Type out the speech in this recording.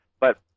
But-